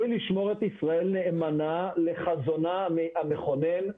לשמור את ישראל נאמנה לחזונה המכונן,